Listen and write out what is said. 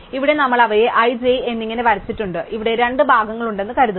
ഇവിടെ നമ്മൾ അവയെ i j എന്നിങ്ങനെ വരച്ചിട്ടുണ്ട് ഇവിടെ രണ്ട് ഭാഗങ്ങളുണ്ടെന്ന് കരുതുക